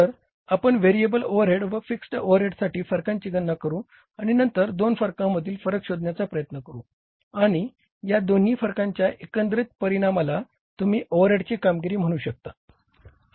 तर आपण variable overhead व फिक्स्ड ओव्हरहेडसाठी फरकांची गणना करू आणि नंतर दोन फरकांमधील फरक शोधण्याचा प्रयत्न करू आणि या दोन्ही फरकांच्या एकंदरीत परिणामाला तुम्ही ओव्हरहेडचे कामगिरी म्हणू शकता